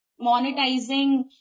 monetizing